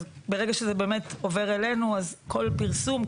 ברגע שזה עובר אלינו אז כל פרסום,